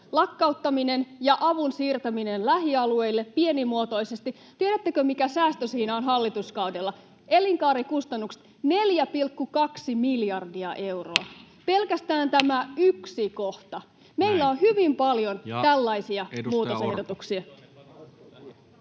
lakkauttaminen ja avun siirtäminen lähialueille pienimuotoisesti — tiedättekö, mikä säästö siinä on hallituskaudella? Elinkaarikustannukset 4,2 miljardia euroa, pelkästään tämä yksi kohta. Meillä on hyvin paljon tällaisia muutosehdotuksia.